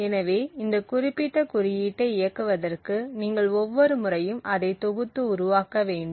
எனவே இந்த குறிப்பிட்ட குறியீட்டை இயக்குவதற்கு நீங்கள் ஒவ்வொரு முறையும் அதை தொகுத்து உருவாக்க வேண்டும்